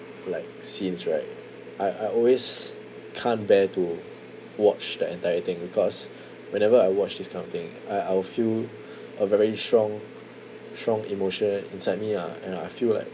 like scenes right I I always can't bear to watch the entire thing because whenever I watch this kind of thing I I'll feel a very strong strong emotion inside me lah and I feel like